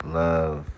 love